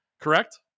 Correct